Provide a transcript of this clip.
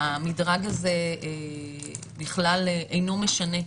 המדרג הזה בכלל אינו משנה,